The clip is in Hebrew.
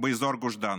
באזור גוש דן.